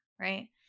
Right